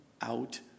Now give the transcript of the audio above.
out